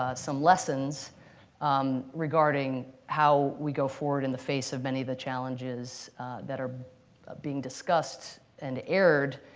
ah some lessons um regarding how we go forward in the face of many of the challenges that are being discussed and aired,